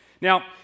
Now